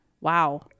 Wow